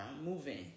moving